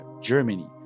Germany